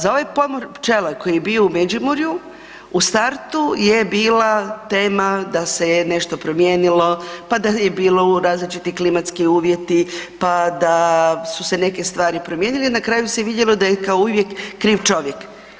Za ovaj pomor pčela koji je bio u Međimurju, u startu je bila tema da se je nešto promijenilo, pa da je bilo različiti klimatski uvjeti, pa da su se neke stvari promijenile jer na kraju se vidjelo da je kao i uvijek kriv čovjek.